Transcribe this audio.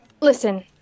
Listen